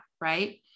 right